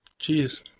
Jeez